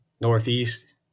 northeast